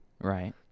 Right